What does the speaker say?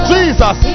Jesus